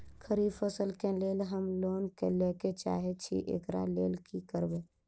खरीफ फसल केँ लेल हम लोन लैके चाहै छी एकरा लेल की करबै?